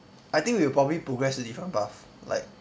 I think we'll probably progress a different path like